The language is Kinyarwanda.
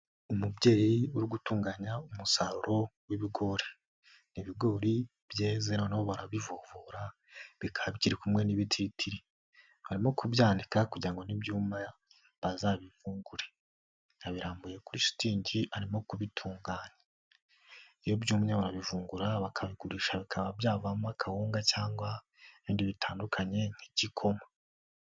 Umubyeyi uri gutunganya umusaruro w'ibigori. N'ibigori byeze noneho barabivovora. Bikaba biri kumwe n'ibititiri barimo kubyandika kugirango ngo n'ibyuma bazabivungure. abirambuye kuri shitingi arimo kubitunganya iyo byumye barabingura, bakabigurisha bikaba byavamo akawunga cyangwa ibindi bitandukanye nk'igikoma.